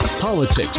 politics